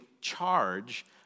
charge